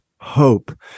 hope